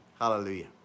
Hallelujah